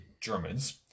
Germans